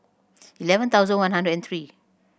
eleven thousand one hundred and three